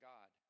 God